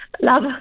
Love